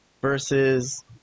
versus